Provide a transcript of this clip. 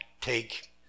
take